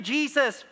Jesus